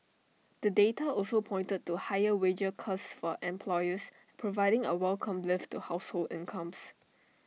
the data also pointed to higher wages costs for employers providing A welcome lift to household incomes